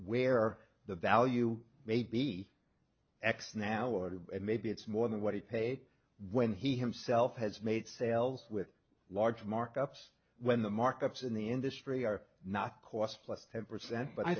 where the value may be x now or to maybe it's more than what he paid when he himself has made sales with large markups when the markups in the industry are not cost plus ten percent but i